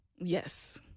Yes